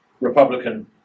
Republican